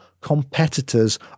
competitors